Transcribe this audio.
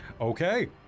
Okay